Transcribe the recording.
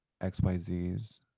XYZs